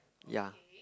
ya